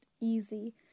easy